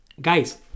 guys